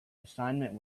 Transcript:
assignment